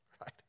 Right